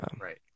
Right